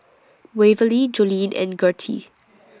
Waverly Joline and Gertie